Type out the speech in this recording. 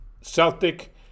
Celtic